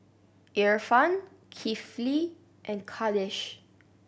Irfan Kifli and Khalish